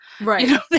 Right